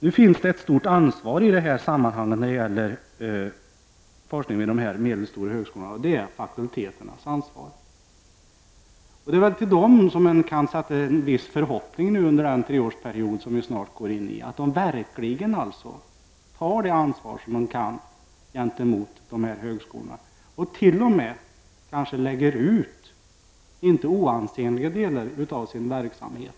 Nu finns det ett stort ansvar när det gäller forskningen vid de medelstora högskolorna, nämligen fakulteternas ansvar. Under den treårsperiod som vi snart går in i är det väl till fakulteterna som vi kan sätta ett visst hopp om att verkligen ta ett ansvar gentemot de här högskolorna. De kan kanske lägga ut inte oansenliga delar av sin verksamhet.